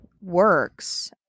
works